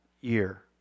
year